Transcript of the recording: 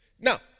Now